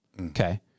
Okay